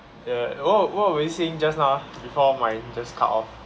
yeah oh what were we saying just now ah before my just cut off